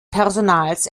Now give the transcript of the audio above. personals